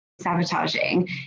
sabotaging